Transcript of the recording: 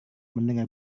mendengar